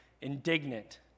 indignant